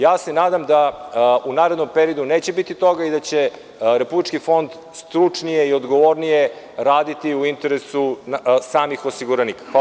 Nadam se da u narednom periodu neće biti toga i da će Fond stručnije i odgovornije raditi u interesu samih osiguranikam.